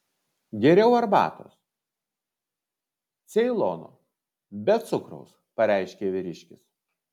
geriau arbatos ceilono be cukraus pareiškė vyriškis